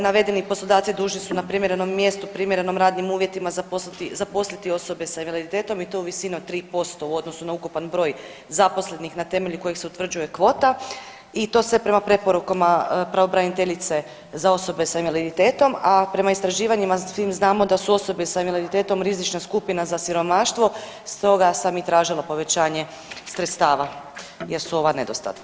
Navedeni poslodavci dužni su na primjerenom radnom mjestu primjerenom radnim uvjetima zaposliti osobe sa invaliditetom i to u visini od 3% u odnosu na ukupan broj zaposlenih na temelju kojih se utvrđuje kvota i to sve prema preporukama pravobraniteljice za osobe sa invaliditetom a prema istraživanjima svim znamo da su osobe sa invaliditetom rizična skupina za siromaštvo stoga sam i tražila povećanje sredstava jer su ova nedostatna.